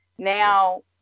Now